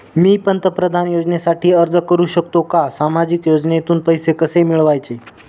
मी पंतप्रधान योजनेसाठी अर्ज करु शकतो का? सामाजिक योजनेतून पैसे कसे मिळवायचे